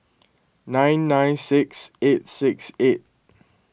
nine nine six eight six eight